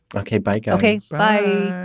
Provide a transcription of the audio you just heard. okay. bye. like ok, bye.